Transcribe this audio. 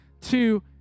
two